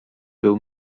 był